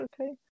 okay